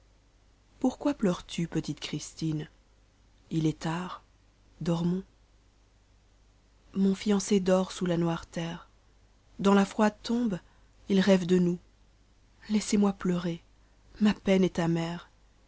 pourquoi pleures-tu petite christine il est tard dormons mon aaacé dort sous la noire terre dans la froide tombe m rêve de nous laissez-moi pleurer ma peiné est amere